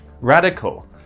radical